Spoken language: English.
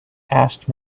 asked